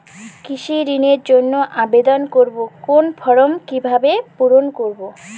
কৃষি ঋণের জন্য আবেদন করব কোন ফর্ম কিভাবে পূরণ করব?